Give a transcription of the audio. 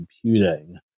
computing